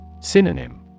Synonym